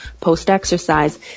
post-exercise